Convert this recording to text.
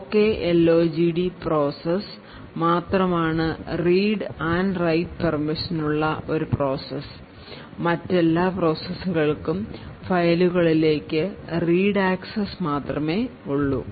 OKLOGD process മാത്രമാണ് read and write permission ഉള്ള ഒരു പ്രോസസ്സ്മറ്റെല്ലാ പ്രോസസ്സുകൾക്കും ഫയലുകളിലേക്ക് റീഡ് ആക്സസ് മാത്രമേ ഉള്ളൂ